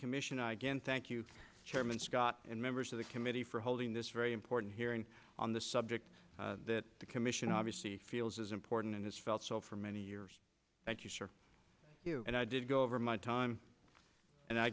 commission again thank you chairman scott and members of the committee for holding this very important hearing on the subject that the commission obviously feels is important and has felt so for many years thank you sir and i did go over my time and i